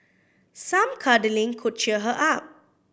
some cuddling could cheer her up